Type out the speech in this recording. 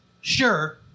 sure